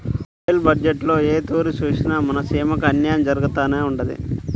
rail బజ్జెట్టులో ఏ తూరి సూసినా మన సీమకి అన్నాయం జరగతానే ఉండాది